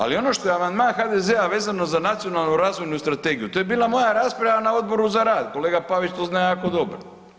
Ali ono što je amandman HDZ-a vezano za nacionalnu razvojnu strategiju to je bila moja rasprava na Odboru za rad, kolega Pavić to zna jako dobro.